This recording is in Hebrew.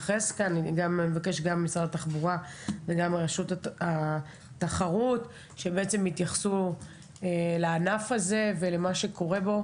נבקש ממשרד התחבורה ומרשות התחרות להתייחס לענף הזה ולמה שקורה בו,